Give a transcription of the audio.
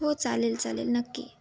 हो चालेल चालेल नक्की